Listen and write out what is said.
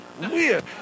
weird